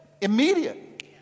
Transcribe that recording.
Immediate